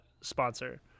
sponsor